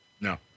No